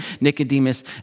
Nicodemus